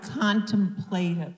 contemplative